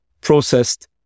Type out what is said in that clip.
processed